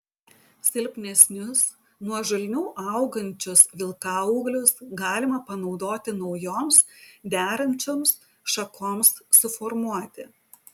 silpnesnius nuožulniau augančius vilkaūglius galima panaudoti naujoms derančioms šakoms suformuoti